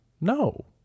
no